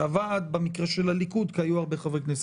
שעבד במקרה של הליכוד, כי היו הרבה חברי כנסת.